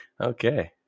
Okay